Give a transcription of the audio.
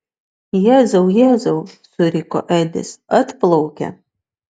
jėzau jėzau suriko edis atplaukia